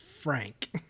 Frank